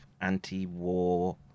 anti-war